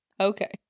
Okay